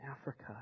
Africa